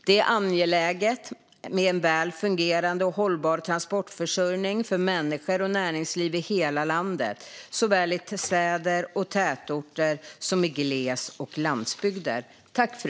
Det är angeläget med en väl fungerande och hållbar transportförsörjning för människor och näringsliv i hela landet, såväl i städer och tätorter som i gles och landsbygder.